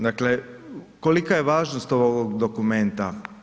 Dakle, kolika je važnost ovog dokumenta?